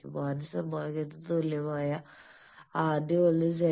ആദ്യ സമവാക്യത്തിന് തുല്യമാണ് ആദ്യ ഒന്ന് z̄